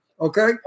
Okay